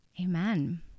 Amen